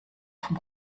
vom